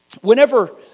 whenever